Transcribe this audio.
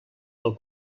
del